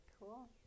Cool